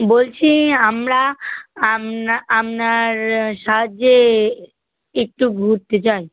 বলছি আমরা আপনার সাহায্যে একটু ঘুরতে চাই